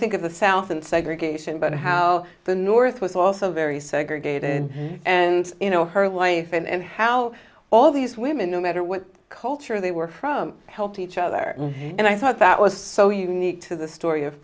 think of the south and segregation but how the north was also very segregated and you know her life and how all these women no matter what culture they were from helped each other and i thought that was so unique to the story of